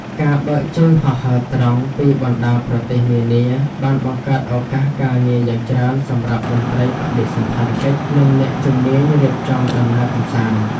ការបើកជើងហោះហើរត្រង់ពីបណ្ដាប្រទេសនានា បានបង្កើតឱកាសការងារយ៉ាងច្រើនសម្រាប់មន្ត្រីបដិសណ្ឋារកិច្ច និងអ្នកជំនាញរៀបចំដំណើរកម្សាន្ត។